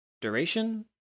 Duration